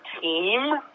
team